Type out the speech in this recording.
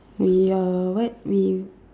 we uh what we